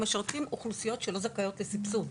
משרתים אוכלוסיות שלא זכאיות לסבסוד,